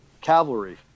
cavalry